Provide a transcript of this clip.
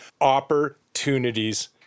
opportunities